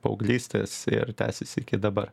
paauglystės ir tęsiasi iki dabar